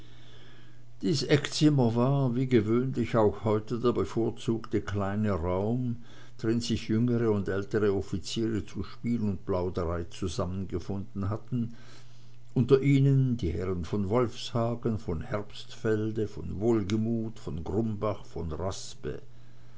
dies eckzimmer war wie gewöhnlich auch heute der bevorzugte kleine raum drin sich jüngere und ältere offiziere zu spiel und plauderei zusammengefunden hatten unter ihnen die herren von wolfshagen von herbstfelde von wohlgemuth von grumbach von raspe